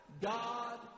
God